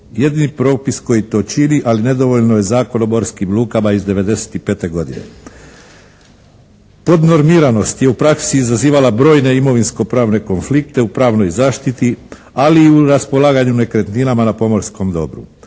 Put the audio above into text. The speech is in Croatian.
Jedini propis koji to čini ali nedovoljno je Zakon o morskim lukama iz '95. godine. Podnormiranost je u praksi izazivala brojne imovinsko-pravne konflikte u pravnoj zaštiti ali i u raspolaganju nekretninama na pomorskom dobru.